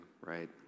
Right